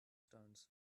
stones